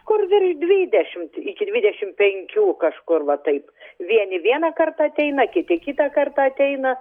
kur virš dvidešimt iki dvidešim penkių kažkur va taip vieni vieną kartą ateina kiti kitą kartą ateina